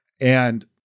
And-